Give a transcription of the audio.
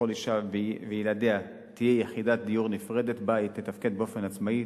לכל אשה וילדיה תהיה יחידת דיור נפרדת שבה היא תתפקד באופן עצמאי,